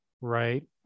right